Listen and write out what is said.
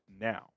Now